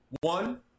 One